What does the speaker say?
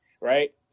right